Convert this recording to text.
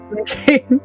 okay